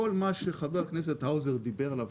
כל מה שחבר הכנסת האוזר דיבר עליו,